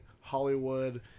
Hollywood